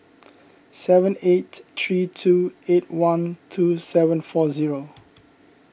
seven eight three two eight one two seven four zero